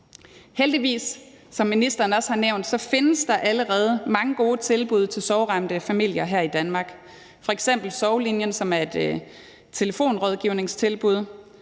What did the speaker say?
der, som ministeren også har nævnt, allerede mange gode tilbud til sorgramte familier her i Danmark, f.eks. Sorglinjen, som er et telefonrådgivningstilbud,